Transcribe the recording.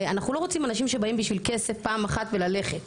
אנחנו לא רוצים אנשים שבאים בשביל כסף פעם אחת וללכת,